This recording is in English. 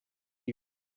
you